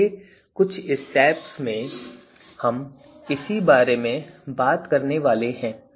अगले कुछ स्टेप्स में हम इसी के बारे में बात करने वाले हैं